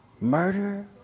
murder